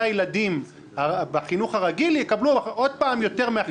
הילדים בחינוך הרגיל יקבלו עוד פעם יותר מהחינוך המיוחד המוכש"ר.